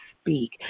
speak